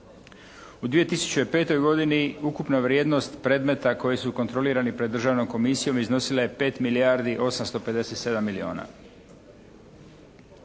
U 2005. godini ukupna vrijednost predmeta koje su kontrolirani pred državnom komisijom iznosila je 5 milijardi 857 milijuna.